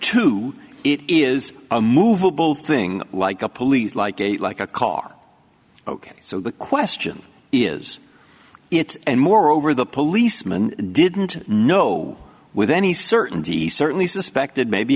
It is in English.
two it is a movable thing like a police like a like a car ok so the question is it and moreover the policeman didn't know with any certainty certainly suspected maybe